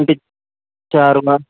అంటే చారుమ